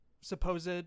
supposed